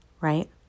right